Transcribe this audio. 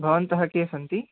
भवन्तः के सन्ति